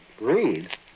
Read